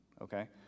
okay